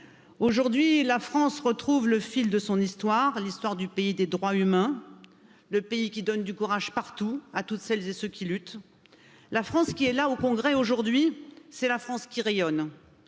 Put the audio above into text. Aujourd'hui, la France retrouve le fil de son histoire, l'histoire du pays des droits humains et le pays qui donne du courage partout et ceux qui luttent la France qui est là, au congrès, aujourd'hui, c'est la France qui rayonne,